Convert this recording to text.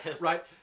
Right